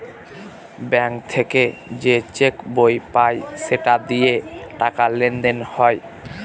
bank থেকে যে cheque বই পায় সেটা দিয়ে টাকা লেনদেন হয়